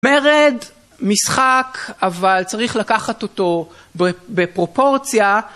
מרד משחק, אבל צריך לקחת אותו בפרופורציה